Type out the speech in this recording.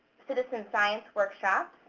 citizen science workshops.